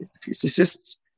physicists